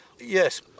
Yes